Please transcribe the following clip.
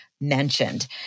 mentioned